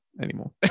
anymore